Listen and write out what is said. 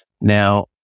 Now